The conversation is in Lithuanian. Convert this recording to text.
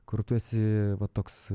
kur tu esi toks